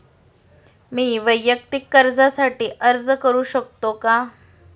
मी वैयक्तिक कर्जासाठी अर्ज करू शकतो का?